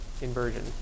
inversion